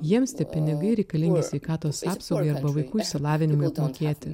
jiems tie pinigai reikalingi sveikatos apsaugai arba vaikų išsilavinimui apmokėti